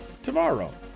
tomorrow